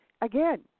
Again